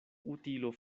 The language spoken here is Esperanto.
utilo